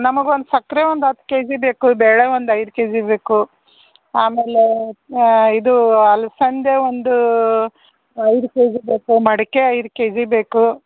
ನಮಗೊಂದು ಸಕ್ಕರೆ ಒಂದು ಹತ್ತು ಕೆಜಿ ಬೇಕು ಬೇಳೆ ಒಂದು ಐದು ಕೆಜಿ ಬೇಕು ಆಮೇಲೆ ಇದು ಅಲ್ಸಂದೆ ಒಂದು ಐದು ಕೆಜಿ ಬೇಕು ಮಡ್ಕೆ ಐದು ಕೆಜಿ ಬೇಕು